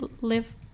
live